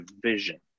vision